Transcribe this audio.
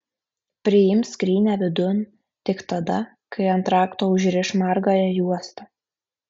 priims skrynią vidun tik tada kai ant rakto užriš margąją juostą